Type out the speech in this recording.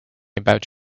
about